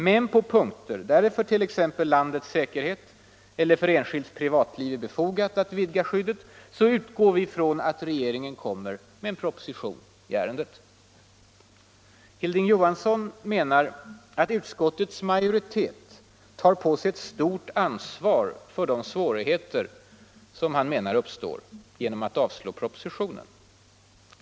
Men på punkter där det för t.ex. landets säkerhet eller för enskilds privatliv är befogat att vidga skyddet utgår vi från att regeringen lägger fram en proposition i ärendet. Hilding Johansson menar att utskottets majoritet tar på sig ett stort ansvar för de svårigheter som han anser uppstår genom att propositionen avslås.